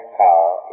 power